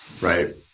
Right